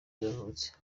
yavutse